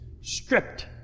stripped